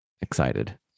excited